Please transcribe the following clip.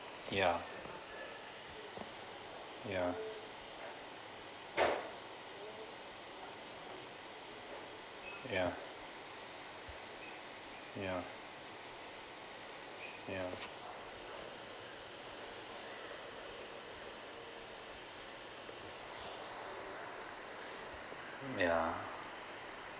yeah yeah yeah yeah yeah yeah